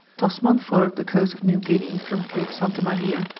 tasman followed the coast of new guinea from cape santa maria,